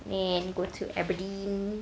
then go to aberdeen